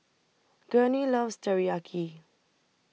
Gurney loves Teriyaki